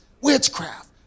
witchcraft